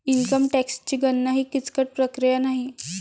income टॅक्सची गणना ही किचकट प्रक्रिया नाही